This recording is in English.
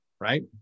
right